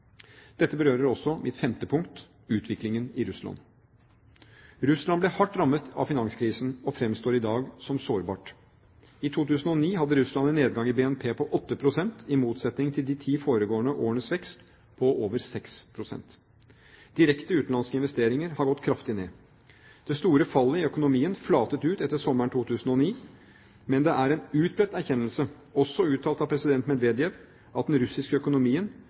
Dette berører også mitt femte punkt: utviklingen i Russland. Russland ble hardt rammet av finanskrisen og fremstår i dag som sårbart. I 2009 hadde Russland en nedgang i BNP på 8 pst., i motsetning til de ti forutgående årenes vekst på over 6 pst. Direkte utenlandske investeringer har gått kraftig ned. Det store fallet i økonomien flatet ut etter sommeren 2009, men det er en utbredt erkjennelse – også uttalt av president Medvedev – at den russiske økonomien